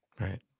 right